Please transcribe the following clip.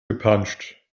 gepanscht